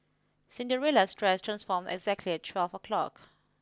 Cinderella's dress transformed exactly at twelve o'clock